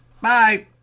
Bye